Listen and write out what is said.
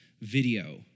video